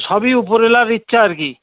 সবই উপরওলার ইচ্ছা আর কি